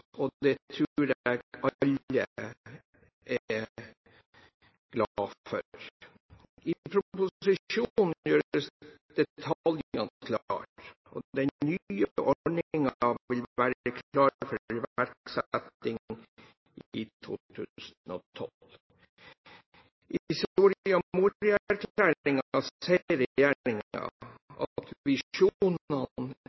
og det tror jeg alle er glad for. I proposisjonen gjøres detaljene klare, og den nye ordningen vil være klar for